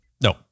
No